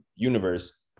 universe